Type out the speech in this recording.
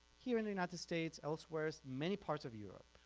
here in the united states elsewhere as many parts of europe